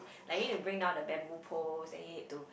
like you need to bring down the bamboo pole then you need to